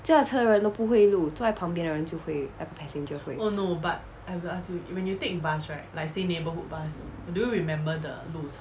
驾车人都不会路坐在旁边的人就会 passenger 会